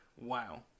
Wow